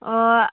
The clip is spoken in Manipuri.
ꯑꯣ